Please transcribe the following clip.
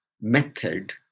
method